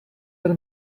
per